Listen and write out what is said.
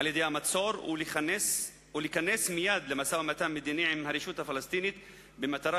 על-ידי המצור ולהיכנס מייד למשא-ומתן מדיני עם הרשות הפלסטינית במטרה